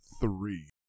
three